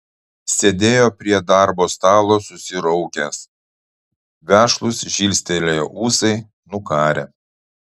sėdėjo prie darbo stalo susiraukęs vešlūs žilstelėję ūsai nukarę